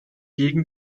gegen